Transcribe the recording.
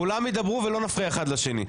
כולם ידברו ולא נפריע אחד לשני.